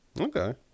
Okay